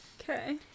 Okay